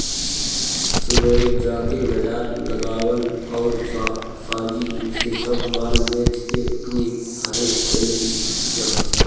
सुबेरे जाके बाजार लगावअ अउरी सांझी से सब माल बेच के अपनी घरे चली जा